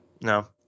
no